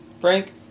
Frank